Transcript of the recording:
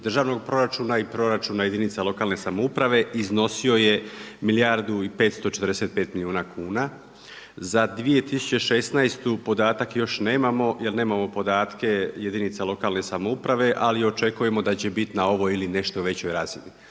državnog proračuna i proračuna jedinica lokalne samouprave iznosio je milijardu i 545 milijuna kuna, za 2016. podatak još nemamo jel nemamo podatke jedinica lokalne samouprave, ali očekujemo da će biti na ovoj ili nešto većoj razini.